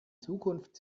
zukunft